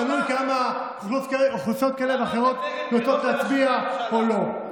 תלוי כמה אוכלוסיות כאלה ואחרות נוטות להצביע או לא.